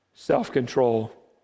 self-control